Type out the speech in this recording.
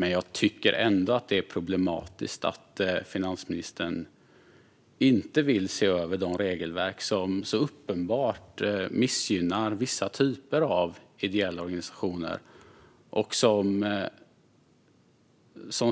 Men jag tycker ändå att det är problematiskt att finansministern inte vill se över de regelverk som så uppenbart missgynnar vissa typer av ideella organisationer och som